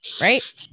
Right